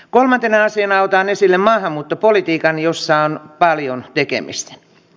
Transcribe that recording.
kolmantena asiana otan esille maahanmuuttopolitiikan jossa on paljon tekemistä